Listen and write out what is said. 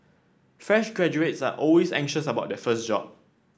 fresh graduates are always anxious about their first job